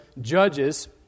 Judges